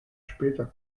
später